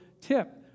tip